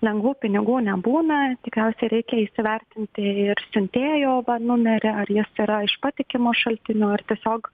lengvų pinigų nebūna tikriausiai reikia įsivertinti ir siuntėjo ban numerį ar jis yra iš patikimo šaltinio ar tiesiog